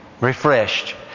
refreshed